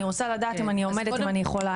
אני רוצה לדעת אם אני עומדת ואם אני יכולה,